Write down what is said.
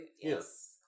Yes